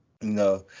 No